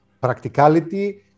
practicality